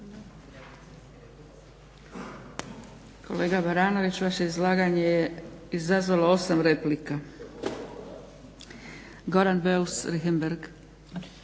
Kolega Baranović, vaše izlaganje je izazvalo 8 replika. Goran Beus Richembergh.